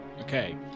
Okay